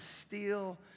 steal